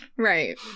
Right